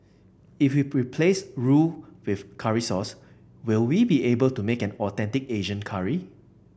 if we replace roux with curry sauce will we be able to make an authentic Asian curry